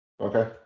Okay